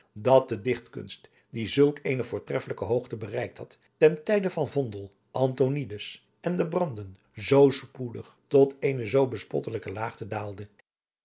dat de dichtkunst die zulk eene voortreffelijke hoogte bereikt had ten tijde van vondel antonides en de branden zoo spoedig tot eene zoo bespottelijke laagte daalde